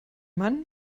mann